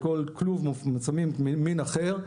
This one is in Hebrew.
בכל כלוב שמים מין אחר.